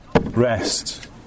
rest